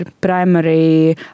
primary